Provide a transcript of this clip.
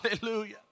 Hallelujah